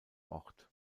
ort